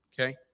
okay